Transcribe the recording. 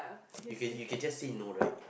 you can you can just see not right